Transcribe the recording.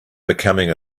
becoming